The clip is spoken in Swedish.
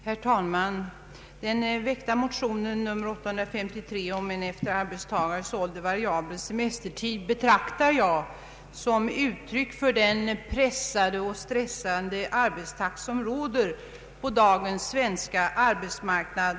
Herr talman! Motionen I: 853 om en efter arbetstagarens ålder variabel semestertid betraktar jag som uttryck för önskemålet att mildra verkningarna av den pressande och stressande arbets takten på dagens svenska arbetsmarknad.